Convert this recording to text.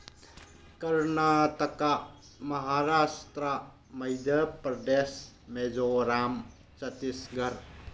Karnataka Maharashtra Madhya Pradesh Mizoram Chhattisgarh